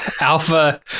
Alpha